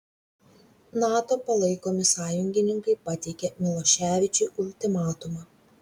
nato palaikomi sąjungininkai pateikė miloševičiui ultimatumą